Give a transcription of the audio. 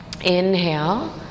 Inhale